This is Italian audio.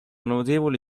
notevoli